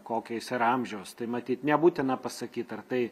kokio jis yra amžiaus tai matyt nebūtina pasakyti ar tai